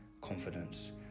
confidence